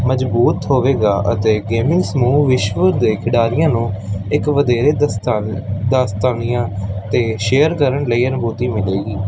ਮਜ਼ਬੂਤ ਹੋਵੇਗਾ ਅਤੇ ਗੇਮਿੰਗ ਸਮੂਹ ਵਿਸ਼ਵ ਦੇ ਖਿਡਾਰੀਆਂ ਨੂੰ ਇੱਕ ਵਧੇਰੇ ਦਸਤਾ ਦਾਸਤਾਨੀਆਂ ਅਤੇ ਸ਼ੇਅਰ ਕਰਨ ਲਈ ਅਨਭੂਤੀ ਮਿਲੇਗੀ